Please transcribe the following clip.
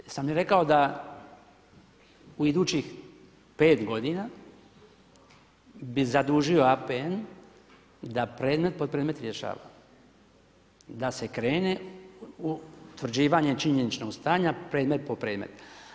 Jesam li rekao da u idućih 5 godina bi zadužio APN da predmet po predmet rješava, da se krene u utvrđivanje činjeničnog stanja predmet po predmet.